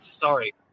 Sorry